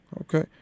Okay